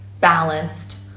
balanced